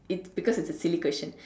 it because it's a silly question